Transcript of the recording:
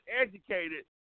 educated